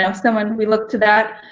um so and we look to that,